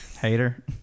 hater